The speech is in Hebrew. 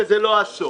וזה לא הסוף.